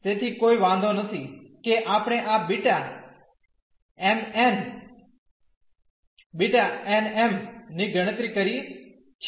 તેથી કોઈ વાંધો નથી કે આપણે આ B m n𝗏B n m ની ગણતરી કરીએ છીએ